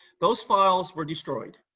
those files were destroyed.